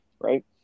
Right